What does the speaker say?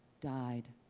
dyed,